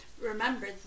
Remember